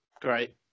Great